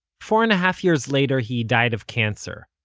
four-and-a-half years later he died of cancer,